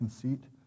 conceit